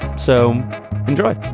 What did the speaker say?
so enjoy